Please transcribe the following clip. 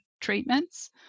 treatments